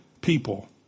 people